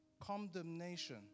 condemnation